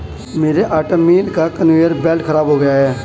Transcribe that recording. मेरे आटा मिल का कन्वेयर बेल्ट खराब हो गया है